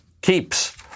Keeps